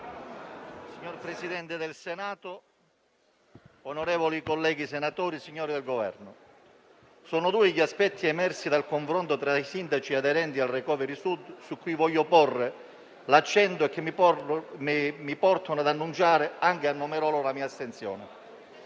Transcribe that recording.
Signor Presidente, onorevoli senatori, signori del Governo, sono due gli aspetti emersi dal confronto tra i sindaci aderenti alla rete *recovery* Sud su cui voglio porre l'accento e che mi portano ad annunciare anche a nome loro la mia astensione.